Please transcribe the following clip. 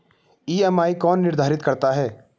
EMI कौन निर्धारित करता है?